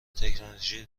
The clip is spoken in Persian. تکنولوژی